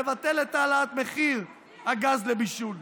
לבטל את העלאת מחיר הגז לבישול.